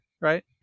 right